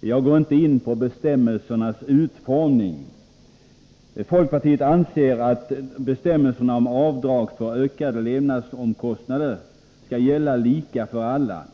Jag går inte in på bestämmelsernas utformning. Folkpartiet anser att bestämmelserna om avdrag för ökade levnadsomkostnader skall gälla lika för alla.